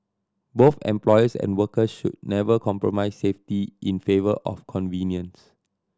both employers and workers should never compromise safety in favour of convenience